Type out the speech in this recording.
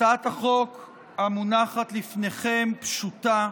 הצעת החוק המונחת לפניכם פשוטה: